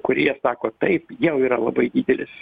kurie sako taip jau yra labai didelis